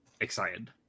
excited